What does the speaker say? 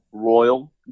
royal